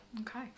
Okay